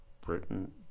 Britain